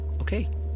Okay